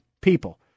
people